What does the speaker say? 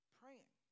praying